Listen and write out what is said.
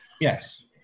Yes